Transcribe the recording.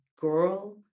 girl